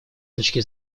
точки